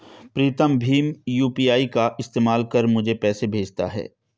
प्रीतम भीम यू.पी.आई का इस्तेमाल कर मुझे पैसे भेजता है